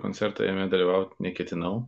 koncertą jame dalyvaut neketinau